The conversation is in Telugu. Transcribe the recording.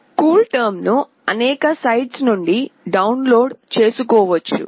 కూల్టెర్మ్ను అనేక సైట్ల నుండి డౌన్లోడ్ చేసుకోవచ్చు